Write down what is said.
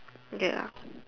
ya